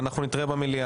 אנחנו נתראה במליאה.